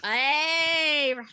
Hey